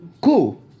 Cool